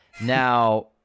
Now